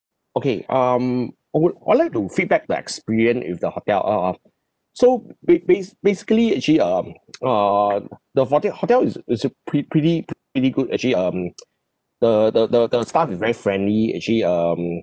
okay um or I'd like to feedback the experience with the hotel uh uh so ba~ bas~ basically actually um err the hote~ hotel is is a pre~ pretty pretty good actually um the the the the staff is very friendly actually um